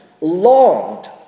longed